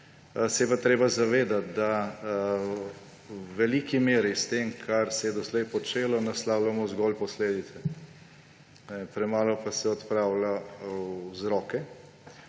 se je pa treba zavedati, da v veliki meri s tem, kar se je doslej počelo, naslavljamo zgolj posledice, premalo pa se odpravljajo vzroki.